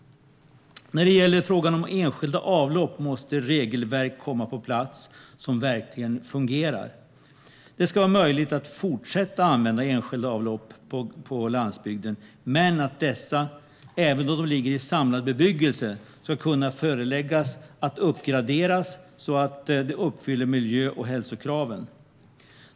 När det gäller frågan om enskilda avlopp måste ett regelverk komma på plats som verkligen fungerar. Det ska vara möjligt att fortsätta använda enskilda avlopp på landsbygden, men dessa, även då de ligger i samlad bebyggelse, ska kunna föreläggas att uppgraderas så att de uppfyller miljö och hälsokraven.